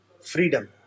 freedom